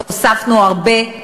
הוספנו הרבה.